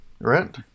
Right